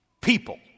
People